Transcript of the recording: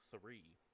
three